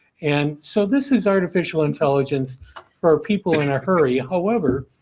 and, so this is artificial intelligence for people in a hurry. however,